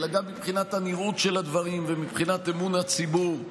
אלא גם מבחינת הנראות של הדברים ומבחינת אמון הציבור,